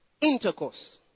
Intercourse